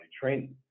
training